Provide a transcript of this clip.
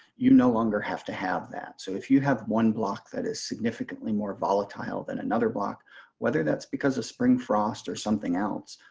you no longer have to have that. so if you have one block that is significantly more volatile than another block whether that's because of spring frost or something else,